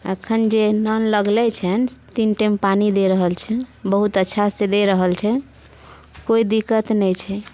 एखन जे नल लगै छनि तीन टाइम पानि दे रहल छनि बहुत अच्छासँ दे रहल छनि कोइ दिक्कत नहि छै